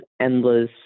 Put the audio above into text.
endless